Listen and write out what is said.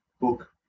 book